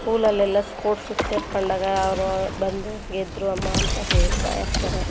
ಸ್ಕೂಲಲ್ಲೆಲ್ಲ ಸ್ಪೋರ್ಟ್ಸಿಗೆ ಸೇರ್ಕೊಂಡಾಗ ಅವರು ಬಂದು ಗೆದ್ದರು ಅಮ್ಮ ಅಂತ ಹೇಳ್ತಾಯಿರ್ತಾರೆ